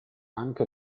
anche